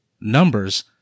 numbers